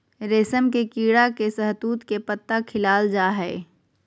रेशम के कीड़ा के शहतूत के पत्ता खिलाल जा हइ